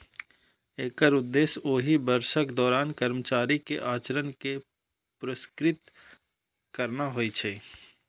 एकर उद्देश्य ओहि वर्षक दौरान कर्मचारी के आचरण कें पुरस्कृत करना होइ छै